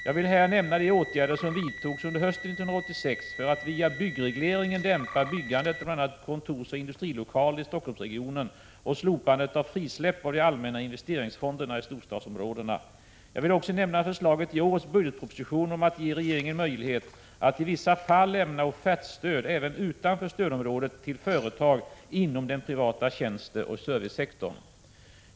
Jag vill här nämna de åtgärder som vidtogs under hösten 1986 för att via byggregleringen dämpa byggandet av bl.a. kontorsoch industrilokaler i Stockholmsregionen. Jag vill också nämna slopandet av frisläppet av de allmänna investeringsfonderna i storstadsområdena samt förslaget i årets budgetproposition om att ge regeringen möjlighet att i vissa fall lämna offertstöd även utanför stödområdet till företag inom den privata tjänsteoch servicesektorn.